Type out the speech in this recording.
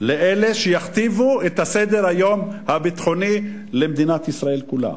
לאלה שיכתיבו את סדר-היום הביטחוני של מדינת ישראל כולה.